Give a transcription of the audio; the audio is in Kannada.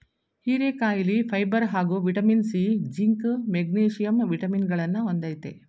ಹೀರೆಕಾಯಿಲಿ ಫೈಬರ್ ಹಾಗೂ ವಿಟಮಿನ್ ಸಿ, ಜಿಂಕ್, ಮೆಗ್ನೀಷಿಯಂ ವಿಟಮಿನಗಳನ್ನ ಹೊಂದಯ್ತೆ